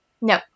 no